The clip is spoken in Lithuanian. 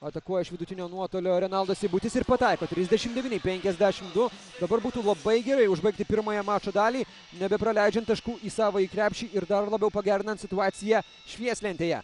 atakuoja iš vidutinio nuotolio renaldas seibutis ir pataiko trisdešim devyni penkiasdešim du dabar būtų labai gerai užbaigti pirmąją mačo dalį nebepraleidžiant taškų į savąjį krepšį ir dar labiau pagerinant situaciją švieslentėje